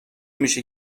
میشه